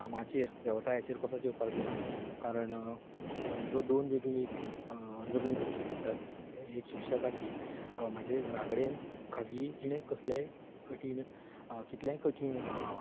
कामाचेर वेवसायाचेर कसोच येवपाक दिना कारण ह्यो दोन वेगळीं झगडीं जगची पडटात हें एक शिक्षकाची म्हजे घरा कडेन खाजगी जिणेंत कसलेय कठीण कितलेय कठीण